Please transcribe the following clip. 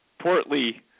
portly